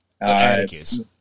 Atticus